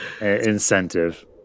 incentive